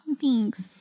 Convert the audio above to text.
Thanks